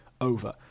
over